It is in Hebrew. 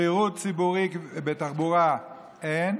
שירות ציבורי בתחבורה אין,